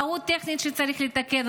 טעות טכנית שצריך לתקן?